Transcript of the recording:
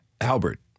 Albert